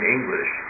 English